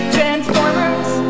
Transformers